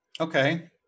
Okay